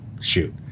shoot